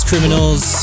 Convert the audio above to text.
Criminals